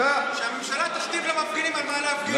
שהממשלה תכתיב למפגינים על מה להפגין.